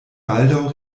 baldaŭ